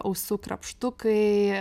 ausų krapštukai